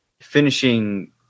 finishing –